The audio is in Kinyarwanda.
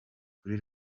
kuri